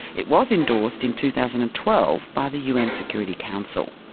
it was endorsed in two thousand and twelve by the un security council.